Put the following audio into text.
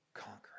conquer